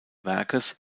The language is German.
werkes